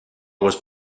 was